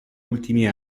ultimi